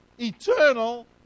eternal